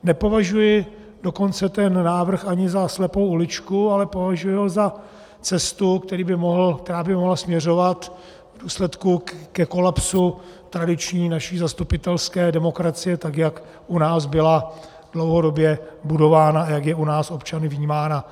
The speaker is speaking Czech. Nepovažuji dokonce ten návrh ani za slepou uličku, ale považuji ho za cestu, která by mohla směřovat v důsledku ke kolapsu naší tradiční zastupitelské demokracie, tak jak u nás byla dlouhodobě budována a jak je u nás občany vnímána.